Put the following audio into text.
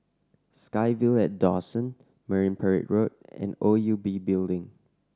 SkyVille at Dawson Marine Parade Road and O U B Building